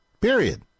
Period